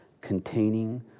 containing